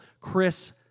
Chris